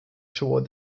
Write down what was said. toward